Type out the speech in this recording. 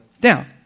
down